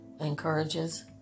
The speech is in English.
encourages